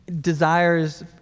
desires